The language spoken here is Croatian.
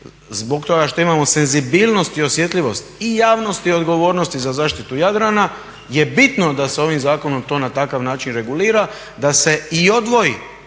zbog toga što imamo senzibilnost i osjetljivost i javnosti i odgovornosti za zaštitu Jadrana je bitno da se ovim zakonom to na takav način regulira da se i odvoji